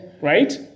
right